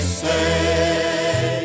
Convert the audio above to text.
say